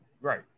Right